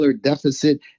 deficit